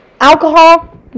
alcohol